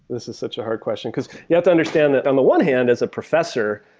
this is such a hard question, because you have to understand that, on the one hand, as a professor,